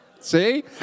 See